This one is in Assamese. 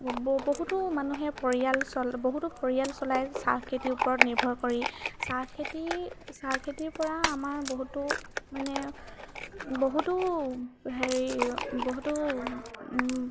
ব বহুতো মানুহে পৰিয়াল বহুতো পৰিয়াল চলায় চাহখেতিৰ ওপৰত নিৰ্ভৰ কৰি চাহখেতি চাহখেতিৰ পৰা আমাৰ বহুতো মানে বহুতো হেৰি বহুতো